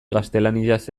gaztelaniaz